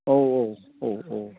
औ औ औ औ औ